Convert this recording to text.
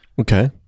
okay